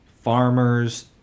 farmers